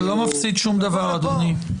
אתה לא מפסיד שום דבר, אדוני.